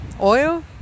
oil